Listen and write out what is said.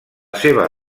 seva